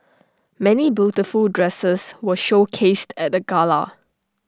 many beautiful dresses were showcased at the gala